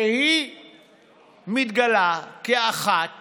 שמתגלה כאחת